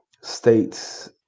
states